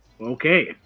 Okay